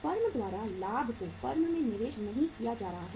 firm द्वारा लाभ हो फर्म में निवेश नहीं किया जा रहा है